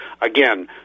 again